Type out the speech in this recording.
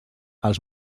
els